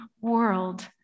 world